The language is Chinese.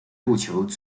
入球